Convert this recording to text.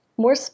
more